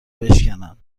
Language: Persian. بشکنن